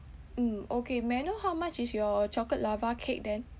mm okay may I know how much is your chocolate lava cake then